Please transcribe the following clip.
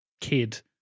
kid